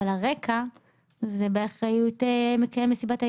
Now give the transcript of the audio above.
אבל הרקע הוא באחריות מקיים מסיבת העיתונאים.